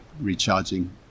recharging